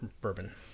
Bourbon